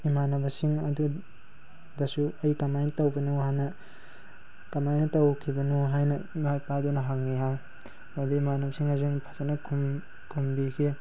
ꯏꯃꯥꯟꯅꯕꯁꯤꯡ ꯑꯗꯨꯗꯁꯨ ꯑꯩ ꯀꯃꯥꯏꯅ ꯇꯧꯕꯅꯣ ꯍꯥꯏꯅ ꯀꯃꯥꯏꯅ ꯇꯧꯈꯤꯕꯅꯣ ꯍꯥꯏꯅ ꯏꯃꯥ ꯏꯄꯥꯗꯨꯅ ꯍꯪꯉꯤ ꯍꯥꯏ ꯑꯗꯨꯗ ꯏꯃꯥꯟꯅꯕꯁꯤꯡꯅꯁꯨ ꯐꯖꯅ ꯈꯨꯝꯕꯤꯈꯤ